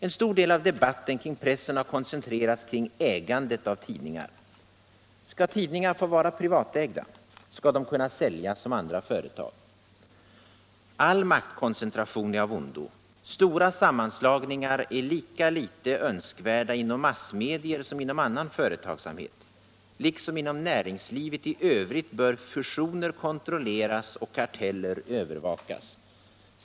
En stor del av debatten kring pressen har koncentrerats kring ägandet av tidningar. Skall tidningar få vara privatägda? Skall de kunna säljas som andra företag? All maktkoncentration är av ondo. Stora sammanslagningar är lika litet önskvärda inom massmedier som inom annan företagsamhet. Liksom inom näringslivet i övrigt bör fusioner kontrolleras och karteller övervakas.